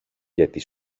γιατί